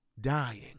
dying